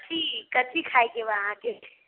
कथि कथि खायके बा अहाँकेँ